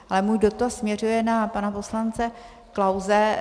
Ale můj dotaz směřuje na pana poslance Klause.